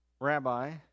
rabbi